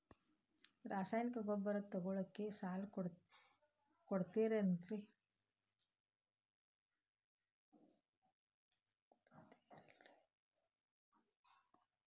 ರಾಸಾಯನಿಕ ಗೊಬ್ಬರ ತಗೊಳ್ಳಿಕ್ಕೆ ಸಾಲ ಕೊಡ್ತೇರಲ್ರೇ?